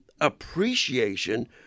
appreciation